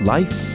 Life